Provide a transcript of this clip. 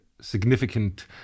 significant